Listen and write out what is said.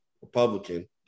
Republican